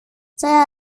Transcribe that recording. saya